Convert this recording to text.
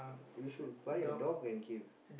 you should buy a dog and keep